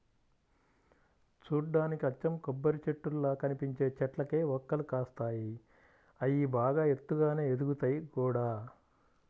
చూడ్డానికి అచ్చం కొబ్బరిచెట్టుల్లా కనిపించే చెట్లకే వక్కలు కాస్తాయి, అయ్యి బాగా ఎత్తుగానే ఎదుగుతయ్ గూడా